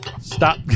Stop